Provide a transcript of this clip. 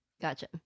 gotcha